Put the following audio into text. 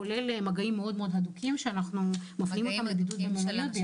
כולל מגעים הדוקים מאוד שאנחנו מפנים אותם לבידוד במלוניות.